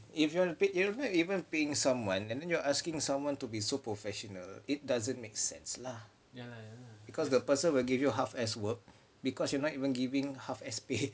if you want to pay if you're not paying someone and then you're asking someone to be so professional it doesn't make sense lah because the person will give you half ass work because you're not even giving half ass pay